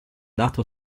dato